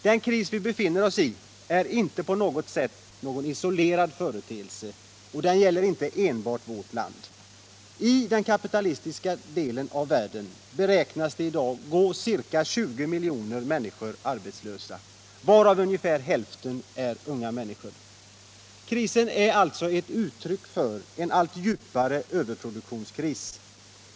Den kris vi befinner oss i är inte på något sätt en isolerad företeelse; den gäller inte enbart vårt land. I den kapitalistiska delen av världen beräknas i dag ca 20 miljoner gå arbetslösa, varav ungefär hälften är unga människor. Krisen är alltså ett uttryck för en allt djupare överproduktion.